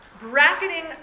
bracketing